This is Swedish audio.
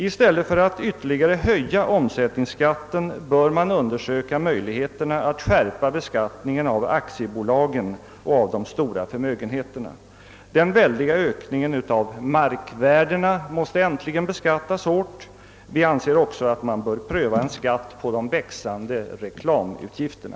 I stället för att ytterligare höja omsättningsskatten bör man undersöka möjligheterna att skärpa beskattningen av aktiebolagen och av de stora förmögenheterna. Den väldiga ökningen av markvärdena måste äntligen beskattas hårt. Vi anser också att man bör pröva frågan om en skatt på de växande reklamutgifterna.